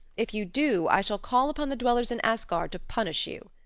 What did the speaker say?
if you do, i shall call upon the dwellers in asgard to punish you.